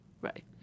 right